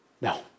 No